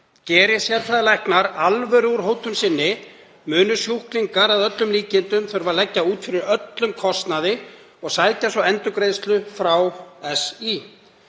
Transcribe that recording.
„Geri sérfræðilæknar alvöru úr hótun sinni munu sjúklingar að öllum líkindum þurfa að leggja út fyrir öllum kostnaði og sækja svo endurgreiðslu frá SÍ.